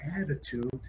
attitude